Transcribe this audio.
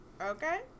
okay